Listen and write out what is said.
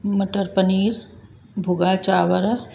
मटर पनीर भुॻा चांवर